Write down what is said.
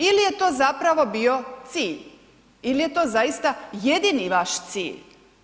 Ili je to zapravo bio cilj ili je to zaista jedini vaš cilj?